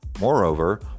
Moreover